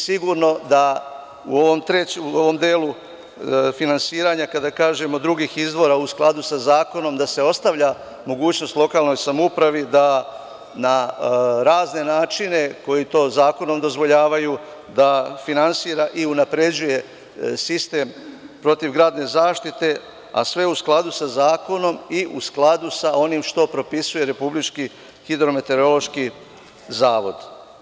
Sigurno da se u onom delu finansiranja, kada kažemo – drugih izvora u skladu sa zakonom, ostavlja mogućnost lokalnoj samoupravi da na razne načine, koji su zakonom dozvoljeni, finansira i unapređuje sistem protivgradne zaštite, a sve u skladu sa zakonom i u skladu sa onim što propisuje Republički hidrometeorološki zavod.